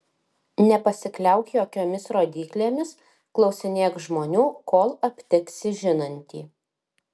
nepasikliauk jokiomis rodyklėmis klausinėk žmonių kol aptiksi žinantį